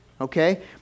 Okay